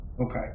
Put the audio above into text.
Okay